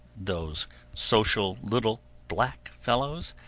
those social little black fellows,